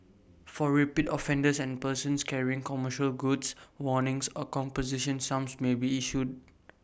for repeat offenders and persons carrying commercial goods warnings or composition sums may be issued